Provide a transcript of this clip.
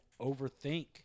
overthink